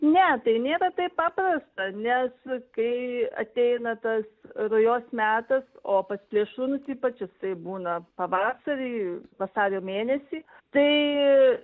ne tai nėra taip paprasta nes kai ateina tas rujos metas o pas plėšrūnus ypač jisai būna pavasarį vasario mėnesį tai